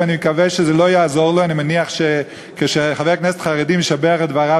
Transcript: ואני חושב באמת שהתוצאה משקפת איזון בין הרצון להסדיר את פעילות